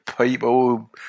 people